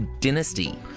Dynasty